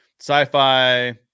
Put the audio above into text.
sci-fi